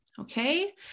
okay